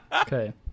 Okay